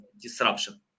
disruption